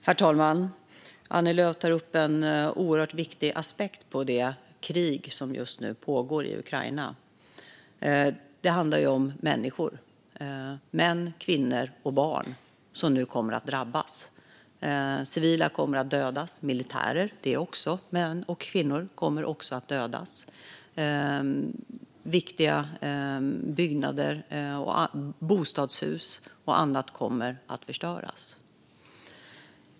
Herr talman! Annie Lööf tar upp en oerhört viktig aspekt på det krig som just nu pågår i Ukraina. Det handlar om människor. Det är män, kvinnor och barn som nu kommer att drabbas. Civila kommer att dödas. Militärer, också de män och kvinnor, kommer också att dödas. Viktiga byggnader, bostadshus och annat, kommer att förstöras.